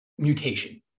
mutation